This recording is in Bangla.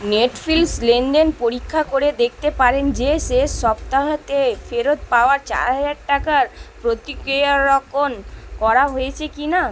নেটফ্লিক্স লেনদেন পরীক্ষা করে দেখতে পারেন যে শেষ সপ্তাহতে ফেরত পাওয়া চার হাজার টাকার প্রতিক্রিয়াকরণ করা হয়েছে কিনা